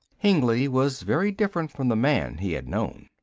hengly was very different from the man he had known.